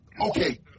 okay